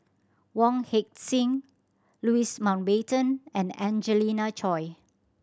Wong Heck Sing Louis Mountbatten and Angelina Choy